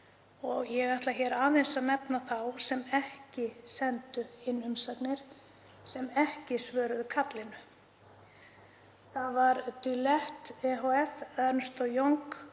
og ég ætla aðeins að nefna þá sem ekki sendu inn umsagnir, sem ekki svöruðu kallinu: Deloitte ehf., Ernst og Young